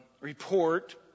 report